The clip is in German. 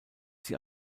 sie